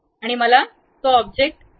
तर मला तो ऑब्जेक्ट आहे